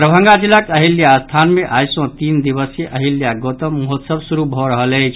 दरभंगा जिलाक अहिल्यास्थान मे आइ सॅ तीन दिवसीय अहिल्या गौतम महोत्सव शुरू भऽ रहल अछि